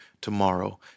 tomorrow